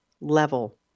level